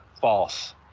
False